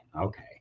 Okay